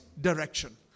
direction